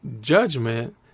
judgment